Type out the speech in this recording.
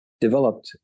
developed